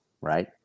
right